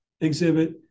exhibit